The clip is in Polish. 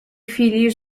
chwili